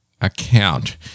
account